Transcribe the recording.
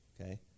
okay